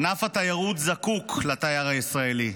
ענף התיירות זקוק לתייר הישראלי,